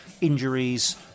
injuries